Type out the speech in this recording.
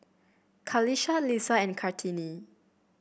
Qalisha Lisa and Kartini